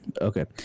Okay